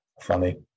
Funny